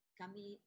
kami